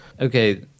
Okay